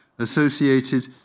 associated